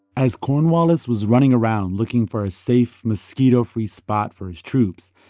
as cornwallis was running around looking for a safe, mosquito-free spot for his troops,